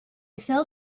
feel